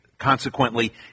Consequently